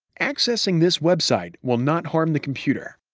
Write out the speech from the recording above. accessing this website will not harm the computer.